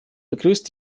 begrüßt